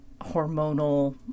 hormonal